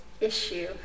Issue